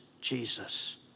Jesus